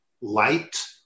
light